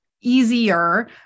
easier